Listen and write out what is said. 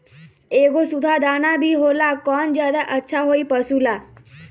एगो सुधा दाना भी होला कौन ज्यादा अच्छा होई पशु ला?